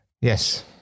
Yes